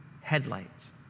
headlights